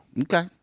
Okay